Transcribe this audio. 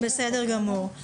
בסדר גמור.